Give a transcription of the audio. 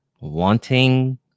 wanting